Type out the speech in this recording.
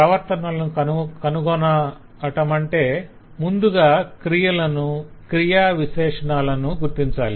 ప్రవర్తనలను కనుగొనటమంటే ముందుగా క్రియలను క్రియావిశేషణాలను గుర్తించాలి